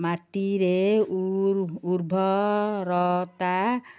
ମାଟିରେ ଉର୍ବରତା